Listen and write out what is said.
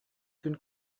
күн